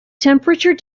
temperature